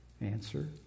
Answer